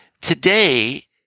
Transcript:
today